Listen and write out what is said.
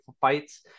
fights